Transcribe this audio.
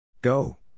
Go